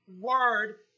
word